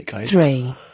three